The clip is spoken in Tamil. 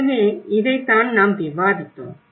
எனவே இதைத்தான் நாம் விவாதித்தோம்